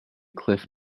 cliff